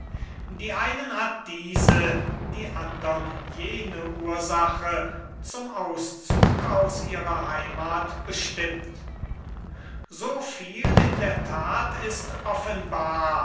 die einen hat diese die andern jene ursache zum auszug aus ihrer heimath bestimmt so viel in der that ist offenbar